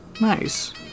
Nice